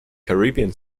caribbean